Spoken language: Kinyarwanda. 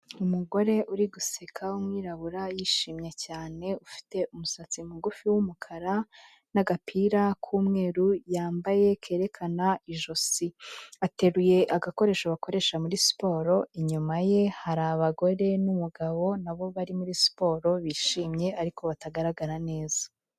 Umugore uri guseka w'umwirabura yishimye cyane ufite umusatsi mugufi w'umukara n'agapira k'umweru yambaye kerekana ijosi, ateruye agakoresho bakoresha muri siporo, inyuma ye hari abagore n'umugabo nabo bari muri siporo bishimye ariko batagaragara neza.